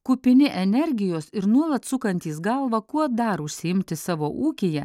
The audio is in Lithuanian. kupini energijos ir nuolat sukantys galvą kuo dar užsiimti savo ūkyje